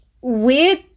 weird